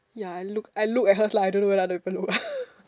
ya look I look at hers lah I don't know whether other people look